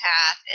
path